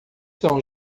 são